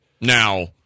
Now